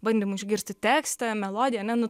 bandymu išgirsti tekstą melodiją ane nu